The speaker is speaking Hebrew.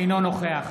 אינו נוכח